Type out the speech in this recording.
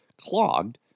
clogged